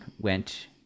went